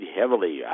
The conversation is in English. heavily